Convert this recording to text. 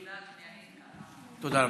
תודה רבה.